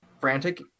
frantic